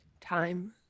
Time